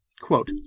quote